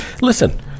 Listen